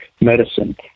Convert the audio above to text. medicine